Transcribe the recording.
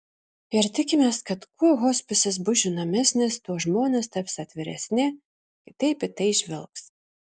ir tikimės kad kuo hospisas bus žinomesnis tuo žmonės taps atviresni kitaip į tai žvelgs